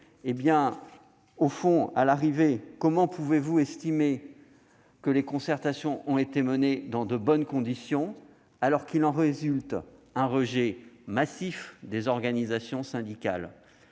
À l'arrivée, comment pouvez-vous estimer que les concertations ont été menées dans de bonnes conditions, alors qu'il en résulte un rejet massif des organisations syndicales ?